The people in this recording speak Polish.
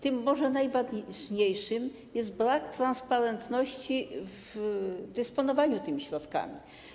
Tym może najważniejszym jest brak transparentności w dysponowaniu tymi środkami.